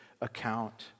account